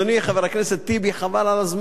חבר הכנסת טיבי, חבל על הזמן.